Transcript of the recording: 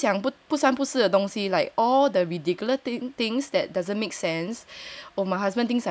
一直一直想不通不三不四的东西 like all the ridiculous things that doesn't make sense